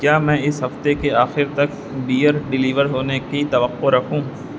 کیا میں اس ہفتے کے آخر تک بیئر ڈیلیور ہونے کی توقع رکھوں